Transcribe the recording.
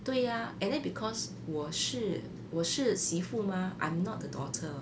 对 ah and then because 我是我是媳妇:wo shi wo shixi fu mah I'm not the daughter